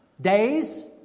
Days